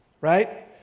right